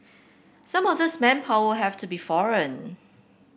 some of this manpower will have to be foreign